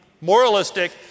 Moralistic